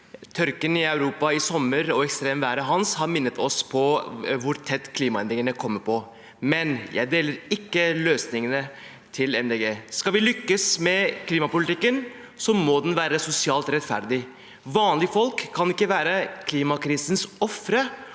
tørken i Europa i sommer og ekstremværet «Hans» har minnet oss om hvor tett på klimaendringene kommer – men jeg deler ikke løsningene til Miljøpartiet De Grønne. Skal vi lykkes med klimapolitikken, må den være sosialt rettferdig. Vanlige folk kan ikke være klimakrisens og